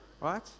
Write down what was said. right